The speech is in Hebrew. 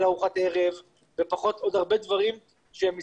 ארוחת ערב ופחות עוד הרבה דברים שהם מסביב.